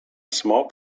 small